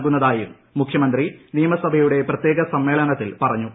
നൽകുന്നതായും മുഖ്യമന്തി നിയമസഭയുടെ പ്രത്യേക സമ്മേളനത്തിൽ പറഞ്ഞു